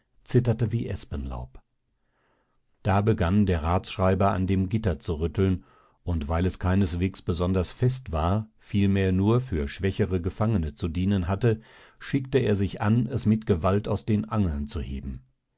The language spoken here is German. zitterte wie espenlaub da begann der ratsschreiher an dem gitter zu rütteln und weil es keineswegs besonders fest war vielmehr nur für schwächere gefangene zu dienen hatte schickte er sich an es mit gewalt aus den angeln zu heben